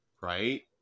right